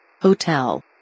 Hotel